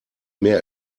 mehr